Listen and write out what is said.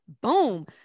Boom